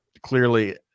clearly